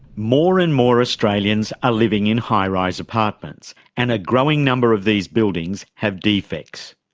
more and more australians are living in high-rise apartments and a growing number of these buildings have defects.